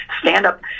stand-up